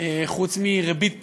חוץ מריבית פיגורים,